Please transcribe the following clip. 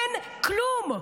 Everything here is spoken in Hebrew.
אין כלום.